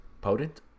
Potent